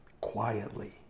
quietly